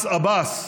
מס עבאס,